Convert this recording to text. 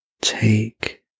take